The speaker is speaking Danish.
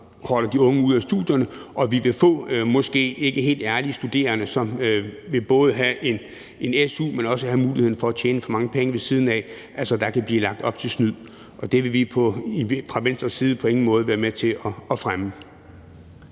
holder de unge ude af studierne, og vi vil måske få ikke helt ærlige studerende, som både vil have en su, men også have muligheden for at tjene så mange penge ved siden af. Altså, der kan blive lagt op til snyd, og det vil vi fra Venstres side på ingen måde være med til at fremme.